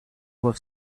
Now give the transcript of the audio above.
was